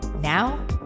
Now